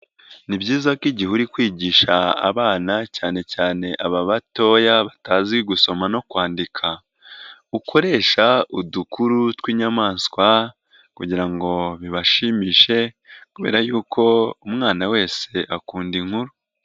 Ni byiza ko igihe uri kwigisha abana cyane cyane aba batoya batazi gusoma no kwandika, ukoresha udukuru tw'inyamaswa kugira ngo bibashimishe, dore y'uko umwana wese akunda inkuru.